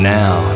now